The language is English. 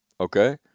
Okay